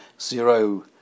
zero